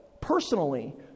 personally